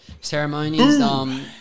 Ceremonies